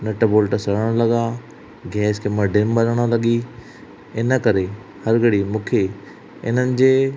नट bolt सरणु लॻा gas खे मडेनि बरणु लॻी हिन करे हर घड़ी मूंखे हिननि जे